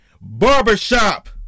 barbershop